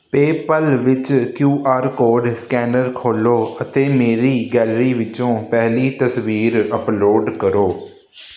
PayPal ਵਿੱਚ Q R code scanner ਖੋਲ੍ਹੋ ਅਤੇ ਮੇਰੀ ਗੈਲਰੀ ਵਿੱਚੋਂ ਪਹਿਲੀ ਤਸਵੀਰ ਅੱਪਲੋਡ ਕਰੋ